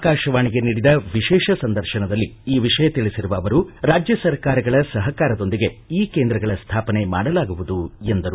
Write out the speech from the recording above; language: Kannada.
ಆಕಾಶವಾಣಿಗೆ ನೀಡಿದ ವಿಶೇಷ ಸಂದರ್ಶನದಲ್ಲಿ ಈ ವಿಷಯ ತಿಳಿಸಿರುವ ಅವರು ರಾಜ್ಯ ಸರ್ಕಾರಗಳ ಸಹಕಾರದೊಂದಿಗೆ ಈ ಕೇಂದ್ರಗಳ ಸ್ಟಾಪನೆ ಮಾಡಲಾಗುವುದು ಎಂದರು